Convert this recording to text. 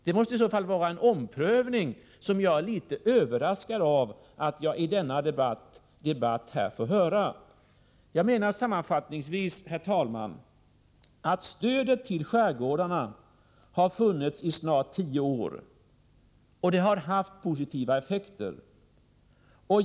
Det måste i så fall vara en omprövning, och jag är litet överraskad av att få höra talas om den i denna debatt. Sammanfattningsvis, herr talman, vill jag säga att stödet till skärgårdarna har funnits i snart tio år. Det har haft positiva effekter.